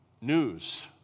news